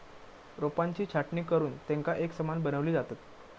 रोपांची छाटणी करुन तेंका एकसमान बनवली जातत